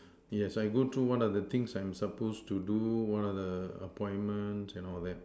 yes I go through what are the things I'm supposed to do what are the appointments and all that